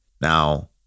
Now